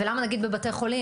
ולמה נגיד בבתי חולים,